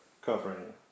covering